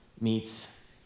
meets